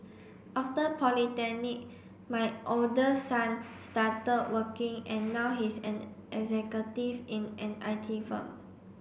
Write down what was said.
after polytechnic my older son start working and now he's an executive in an I T firm